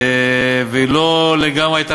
והיא לא עשתה